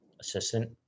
assistant